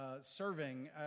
serving